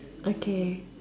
okay